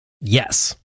Yes